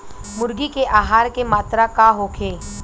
मुर्गी के आहार के मात्रा का होखे?